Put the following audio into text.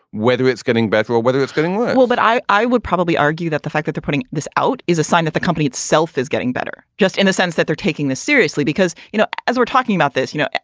whether it's getting better or whether it's getting well but i i would probably argue that the fact that they're putting this out is a sign that the company itself is getting better, just in a sense that they're taking this seriously. because, you know, as we're talking about this. you know,